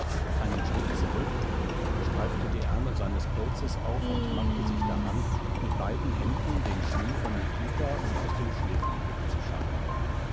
einen schritt zurück streifte die ärmel seines pelzes auf und machte sich daran mit beiden händen den schnee von nikita und aus dem schlitten wegzuscharren